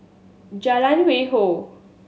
Jalan Hwi Yoh